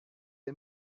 ait